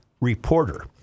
reporter